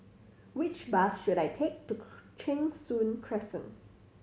which bus should I take to Cheng Soon Crescent